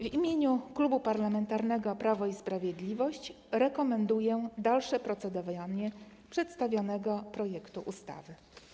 W imieniu Klubu Parlamentarnego Prawo i Sprawiedliwość rekomenduję dalsze procedowanie przedstawionego projektu ustawy.